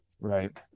Right